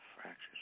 fractures